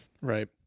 Right